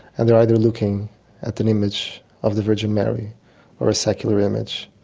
and they are either looking at an image of the virgin mary or a secular image.